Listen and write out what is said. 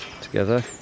together